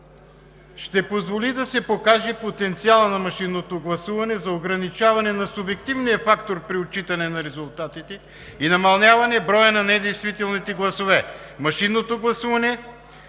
„Ще позволи да се покаже потенциалът на машинното гласуване за ограничаване на субективния фактор при отчитане на резултатите и намаляване броя на недействителните гласове. Машинното гласуване